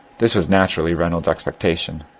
this was naturally reynolds' expectation,